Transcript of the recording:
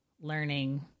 learning